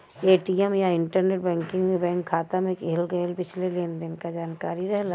ATM या internet banking में bank खाता में किहल गयल पिछले लेन देन क जानकारी रहला